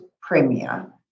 premier